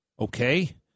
Okay